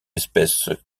espèce